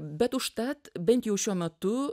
bet užtat bent jau šiuo metu